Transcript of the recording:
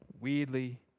weirdly